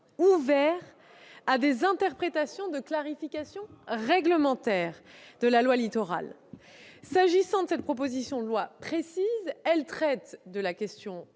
ouverts à des interprétations de clarification réglementaire de la loi Littoral. S'agissant de cette proposition de loi précise, elle traite de la question